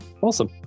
awesome